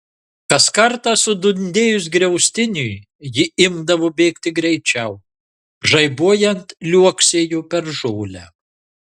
kas kartą sudundėjus griaustiniui ji imdavo bėgti greičiau žaibuojant liuoksėjo per žolę